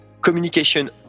Communication